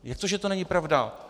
Jak to, že to není pravda?